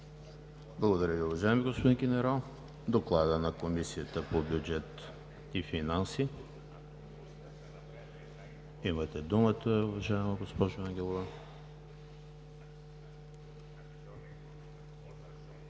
Благодаря Ви, уважаеми господин Генерал. Доклад на Комисията по бюджет и финанси. Имате думата, уважаема госпожо Ангелова.